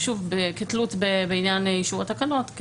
שוב כתלות בעניין אישור התקנות,